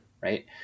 Right